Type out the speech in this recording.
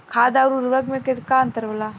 खाद्य आउर उर्वरक में का अंतर होला?